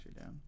down